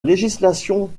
législation